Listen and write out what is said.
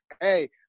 Hey